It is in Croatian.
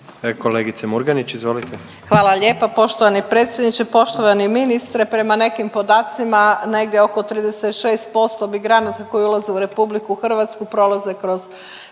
izvolite. **Murganić, Nada (HDZ)** Hvala lijepa poštovani predsjedniče. Poštovani ministre, prema nekim podacima negdje oko 36% migranata koji ulaze u RH prolaze kroz